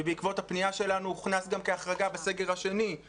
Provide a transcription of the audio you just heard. ובעקבות הפניה שלנו הוכנס גם כהחרגה בסגר השני;